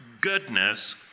goodness